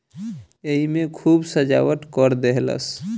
एईमे खूब सजावट कर देहलस